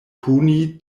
puni